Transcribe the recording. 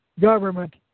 government